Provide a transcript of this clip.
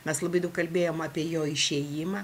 mes labai daug kalbėjom apie jo išėjimą